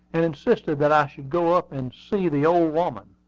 and insisted that i should go up and see the old woman.